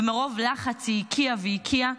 מרוב לחץ היא הקיאה והקיאה,